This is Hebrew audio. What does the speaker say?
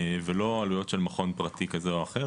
ולא עלויות של מכון פרטי כזה או אחר.